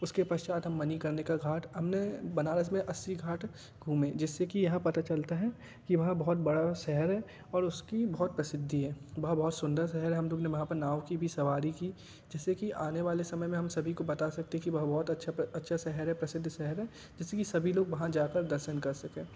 उसके पश्चात हम मणिकर्णिका घाट हमने बनारस में अस्सी घाट घूमें जिससे कि यह पता चलता है कि वह बहुत बड़ा शहर है और उसकी बहुत प्रसिद्धि है वह बहुत सुंदर शहर है हम लोग ने वहाँ पर नाव की भी सवारी की जिससे कि आने वाले समय में हम सभी को बता सकते है की वह बहुत अच्छा अच्छा शहर प्रसिद्ध शहर है जिससे की सभी लोग वहाँ जा कर दर्शन कर सकें